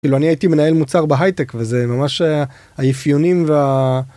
אני הייתי מנהל מוצר בהייטק וזה ממש האיפיונים וה..